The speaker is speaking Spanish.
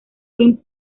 queens